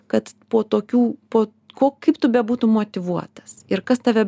kad po tokių po ko kaip tu bebūtumei motyvuotas ir kas tave